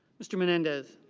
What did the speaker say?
mr. menendez.